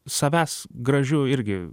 savęs gražių irgi